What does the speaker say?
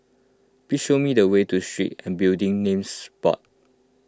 please show me the way to Street and Building Names Board